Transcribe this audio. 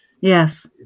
yes